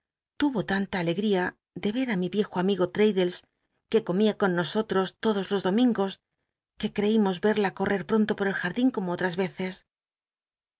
tuvo tanta aleet mi iejo amigo l'taddles que comia gria de y con nosoh'os todos los domingos que creímos yerla correr pronto por el jardín como otras ycces